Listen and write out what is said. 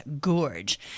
gorge